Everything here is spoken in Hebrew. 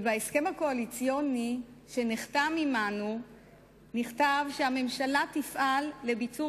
בהסכם הקואליציוני שנחתם עמנו נכתב שהממשלה תפעל לביצור